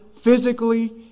physically